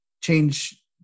change